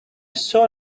saw